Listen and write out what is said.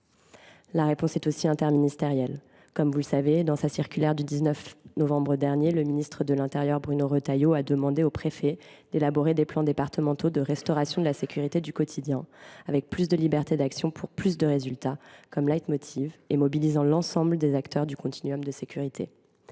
La réponse est aussi interministérielle. Comme vous le savez, dans sa circulaire du 19 novembre dernier, le ministre de l’intérieur Bruno Retailleau a demandé aux préfets d’élaborer des plans départementaux de restauration de la sécurité du quotidien. Plus de liberté d’action pour plus de résultats, voilà quel doit être le leitmotiv de ces plans mobilisant l’ensemble des acteurs du continuum de sécurité.